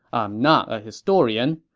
i'm not a historian,